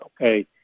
Okay